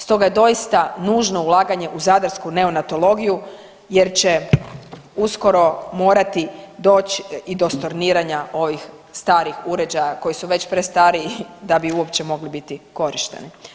Stoga je doista nužno ulaganje u zadarsku neonatologiju jer će uskoro morati doći i do storniranja ovih starih uređaja koji su već prestari da bi uopće mogli biti korišteni.